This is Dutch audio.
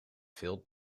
veel